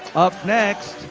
up next,